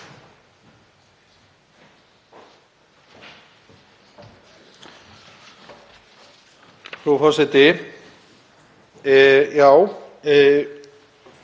Það